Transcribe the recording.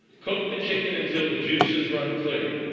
cook the chicken until the juices run clear.